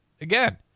again